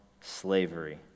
slavery